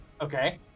Okay